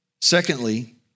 Secondly